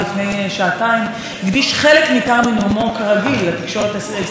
שאינה הוגנת כלפיו ואינה מפרגנת לו ואינה מדווחת את הדברים הטובים.